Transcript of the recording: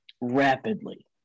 rapidly